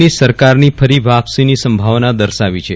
ની સરકારની ફરી વાપસીની સંભાવના દર્શાવી છે